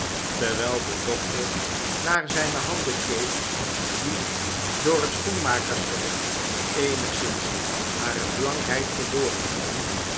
terwyl de dokter naar zijne handen keek die door het schoenmakerswerk eenigszins hare blankheid verloren hadden